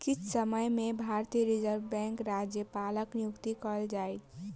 किछ समय में भारतीय रिज़र्व बैंकक राज्यपालक नियुक्ति कएल जाइत